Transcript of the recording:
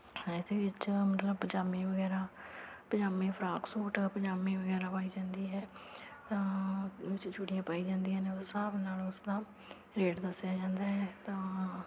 ਇਹਦੇ ਵਿੱਚੋਂ ਮਤਲਬ ਪਜਾਮੀ ਵਗੈਰਾ ਪਜਾਮੀ ਫਰਾਕ ਸੂਟ ਪਜਾਮੀ ਵਗੈਰਾ ਪਾਈ ਜਾਂਦੀ ਹੈ ਤਾਂ ਛੋਟੀਆਂ ਪਾਈ ਜਾਂਦੀਆਂ ਨੇ ਉਸ ਹਿਸਾਬ ਨਾਲ ਉਸਦਾ ਰੇਟ ਦੱਸਿਆ ਜਾਂਦਾ ਹੈ ਤਾਂ